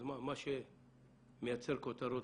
אז מה שמייצר כותרות,